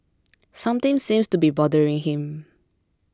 something seems to be bothering him